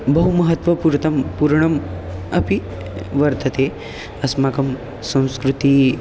बहु महत्त्वपूर्णं पूर्णम् अपि वर्तते अस्माकं संस्कृतिः